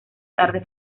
tarde